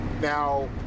Now